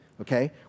okay